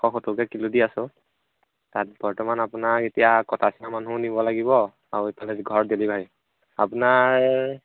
এশ সত্তৰকৈ কিলো দি আছোঁ তাত বৰ্তমান আপোনাৰ এতিয়া কটা ছিঙা মানুহো নিব লাগিব আৰু ইফালে ঘৰত ডেলিভাৰী আপোনাৰ